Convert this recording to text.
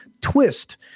twist